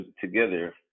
together